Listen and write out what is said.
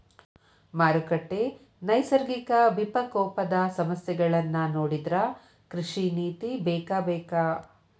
ಮಾರುಕಟ್ಟೆ, ನೈಸರ್ಗಿಕ ವಿಪಕೋಪದ ಸಮಸ್ಯೆಗಳನ್ನಾ ನೊಡಿದ್ರ ಕೃಷಿ ನೇತಿ ಬೇಕಬೇಕ